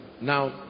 now